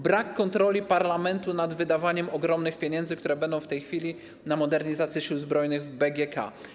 Brak kontroli parlamentu nad wydawaniem ogromnych pieniędzy, które będą w tej chwili na modernizację Sił Zbrojnych w BGK.